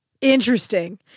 Interesting